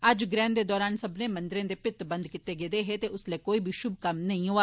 अज्ज ग्रैह्ण दे दौरान सब्मने मंदरें दे भित्त बंद करी दित्ते गेदे हे ते उसले कोई बी शुभ कम्म नेई होआ